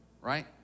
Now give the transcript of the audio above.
right